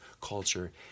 culture